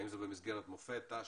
האם זה במסגרת מוקד השכר והכספים,